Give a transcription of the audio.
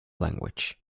language